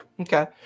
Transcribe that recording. Okay